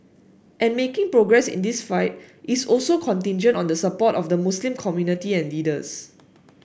and making progress in this fight is also contingent on the support of the Muslim community and leaders